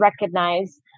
recognize